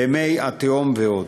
במי התהום ועוד.